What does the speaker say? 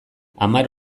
hamar